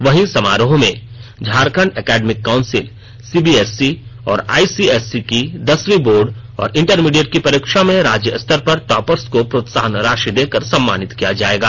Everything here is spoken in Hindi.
वहीं समारोह में झारखंड एकेडिमक काउंसिल सीबीएसई और आईसीएसई की दसवीं बोर्ड और इंटरमीडिएट की परीक्षा में राज्यस्तर पर टॉपर्स को प्रोत्साहन राशि देकर सम्मानित किया जाएगा